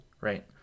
right